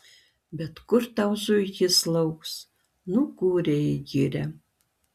bet kur tau zuikis lauks nukūrė į girią